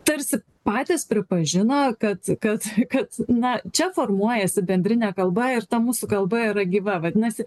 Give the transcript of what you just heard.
tarsi patys pripažino kad kad kad na čia formuojasi bendrinė kalba ir ta mūsų kalba yra gyva vadinasi